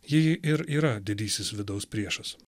ji ir yra didysis vidaus priešas